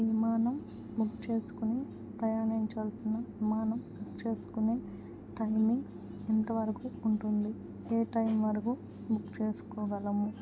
విమానం బుక్ చేసుకుని ప్రయాణించాల్సిన విమానం బుక్ చేసుకుని టైమింగ్ ఎంత వరకు ఉంటుంది ఏ టైం వరకు బుక్ చేసుకోగలము